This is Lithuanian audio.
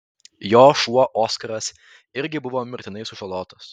jo šuo oskaras irgi buvo mirtinai sužalotas